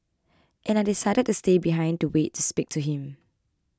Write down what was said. and I decided to stay behind to wait to speak to him